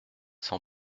cent